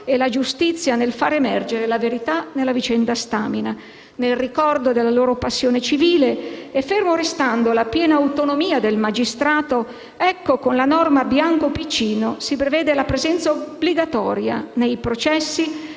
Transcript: e la giustizia nel far emergere la verità nella cosiddetta vicenda Stamina. Nel ricordo della loro passione civile, e ferma restando la piena autonomia del magistrato, con la norma «Bianco-Piccinno» si prevede la presenza obbligatoria nei processi